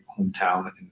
hometown